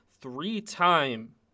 three-time